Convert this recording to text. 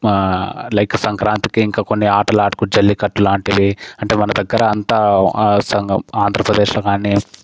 like సంక్రాంతికి ఇంకా కొన్ని ఆటలాడుకు జల్లికట్టు లాంటివి అంటే మన దగ్గర అంత సంఘం ఆంధ్రప్రదేశ్లో కానీ